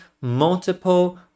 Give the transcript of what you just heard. multiple